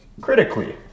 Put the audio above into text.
critically